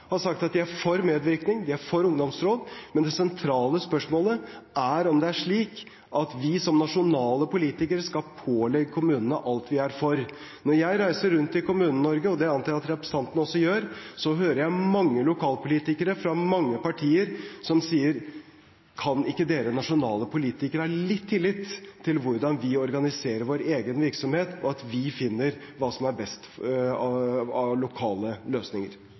har sagt at de er for medvirkning, de er for ungdomsråd. Men det sentrale spørsmålet er om det er slik at vi som nasjonale politikere skal pålegge kommunene alt vi er for. Når jeg reiser rundt i Kommune-Norge – og det antar jeg at representanten også gjør – hører jeg mange lokalpolitikere fra mange partier som sier: Kan ikke dere nasjonale politikere ha litt tillit til hvordan vi organiserer vår egen virksomhet, og til at vi finner hva som er best av lokale løsninger?